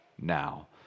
now